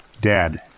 Dad